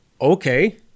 Okay